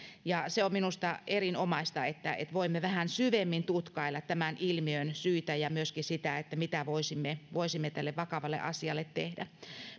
se on minusta erinomaista että että voimme vähän syvemmin tutkailla tämän ilmiön syitä ja myöskin sitä mitä voisimme voisimme tälle vakavalle asialle tehdä